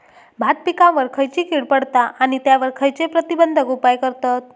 भात पिकांवर खैयची कीड पडता आणि त्यावर खैयचे प्रतिबंधक उपाय करतत?